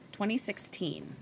2016